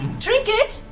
trinket!